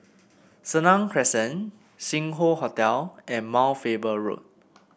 Senang Crescent Sing Hoe Hotel and Mount Faber Road